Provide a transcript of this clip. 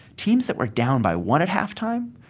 teams that were down by one at halftime,